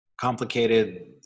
complicated